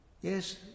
yes